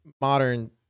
modern